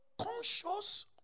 conscious